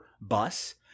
bus